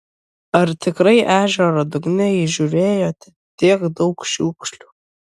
ar tikrai ežero dugne įžiūrėjote tiek daug šiukšlių